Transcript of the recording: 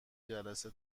جلسه